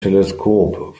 teleskop